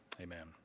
Amen